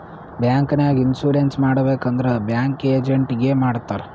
bank ನಾಗ್ insurance ಮಾಡಬೇಕ್ ಅಂದುರ್ ಬ್ಯಾಂಕ್ ಏಜೆಂಟ್ ಎ ಮಾಡ್ತಾರ್